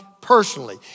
personally